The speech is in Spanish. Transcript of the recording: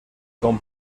con